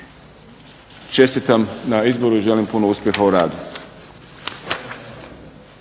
Čestitam na izboru i želim puno uspjeha u radu.